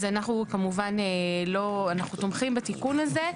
אז אנחנו, כמובן, אנחנו תומכים בתיקון הזה.